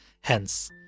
Hence